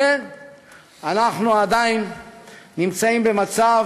אנחנו עדיין נמצאים במצב